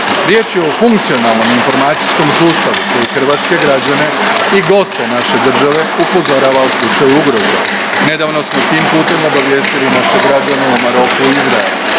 Riječ je o funkcionalnom informacijskom sustavu koji hrvatske građane i goste naše države, upozorava u slučaju ugroza. Nedavno smo tim putem obavijestili naše građane u Maroku i Izraelu.